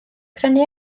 prynu